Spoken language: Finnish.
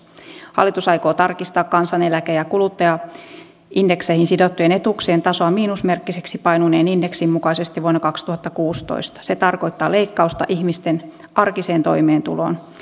hallitus aikoo tarkistaa kansaneläke ja kuluttajaindekseihin sidottujen etuuksien tasoa miinusmerkkiseksi painuneen indeksin mukaisesti vuonna kaksituhattakuusitoista se tarkoittaa leikkausta ihmisten arkiseen toimeentuloon